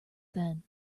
then